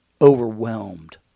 Overwhelmed